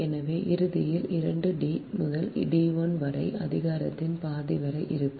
எனவே இறுதியில் அது 2 D முதல் D 1 வரை அதிகாரத்தின் பாதி வரை இருக்கும்